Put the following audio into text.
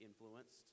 influenced